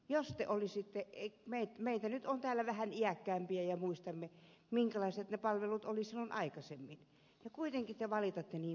jos se oli sitä ei tule meitä on nyt täällä vähän iäkkäämpiä ja muistamme minkälaiset ne palvelut olivat silloin aikaisemmin ja kuitenkin te valitatte niin vietävästi